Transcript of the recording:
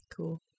cool